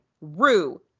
Rue